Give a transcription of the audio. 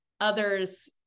others